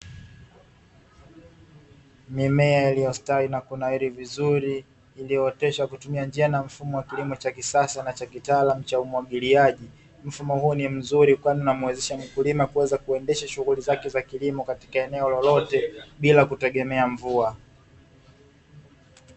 Mimea iliyostawi na kunawiri vizuri, iliyooteshwa kwa kutumia njia na mfumo wa kilimo cha kisasa na cha kitaalamu cha umwagiliaji. Mfumo huo ni mzuri kwani unamwezesha mkulima kuweza kuendesha shughuli zake za kilimo katika eneo lolote bila kutegemea mvua.